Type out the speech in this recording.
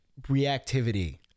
reactivity